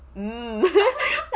mm